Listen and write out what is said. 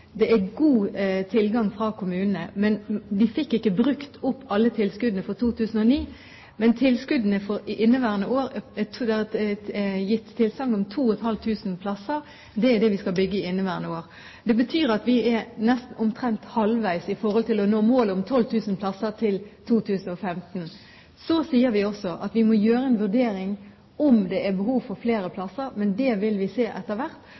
Det er god tilgang fra kommunene. Vi fikk ikke brukt opp alle tilskuddene for 2009, men for inneværende år er det gitt tilsagn om 2 500 plasser. Det er det vi skal bygge i inneværende år. Det betyr at vi er omtrent halvveis i forhold til å nå målet om 12 000 plasser til 2015. Så sier vi også at vi må gjøre en vurdering av om det er behov for flere plasser, men det vil vi se etter hvert.